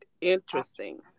Interesting